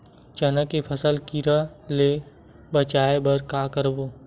चना के फसल कीरा ले बचाय बर का करबो?